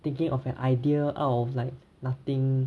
thinking of an idea out of like nothing